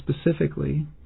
specifically